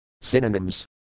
Synonyms